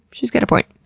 she's got a point.